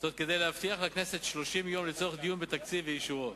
וזאת כדי להבטיח לכנסת 30 יום לצורך דיון בתקציב ואישורו.